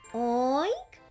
oink